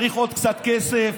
צריך עוד קצת כסף,